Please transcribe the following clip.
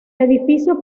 edificio